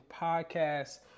Podcast